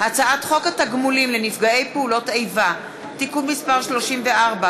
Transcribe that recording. הצעת חוק התגמולים לנפגעי פעולות איבה (תיקון מס' 34),